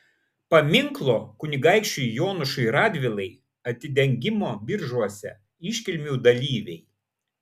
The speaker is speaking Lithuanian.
paminklo kunigaikščiui jonušui radvilai atidengimo biržuose iškilmių dalyviai